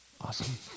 Awesome